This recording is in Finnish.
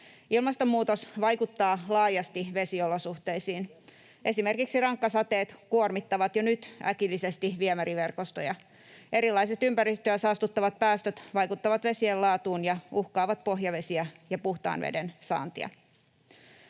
Ilmastonmuutos vaikuttaa laajasti vesiolosuhteisiin. Esimerkiksi rankkasateet kuormittavat jo nyt äkillisesti viemäriverkostoja. Erilaiset ympäristöä saastuttavat päästöt vaikuttavat vesien laatuun ja uhkaavat pohjavesiä ja puhtaan veden saantia.